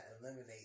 eliminate